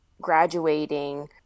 graduating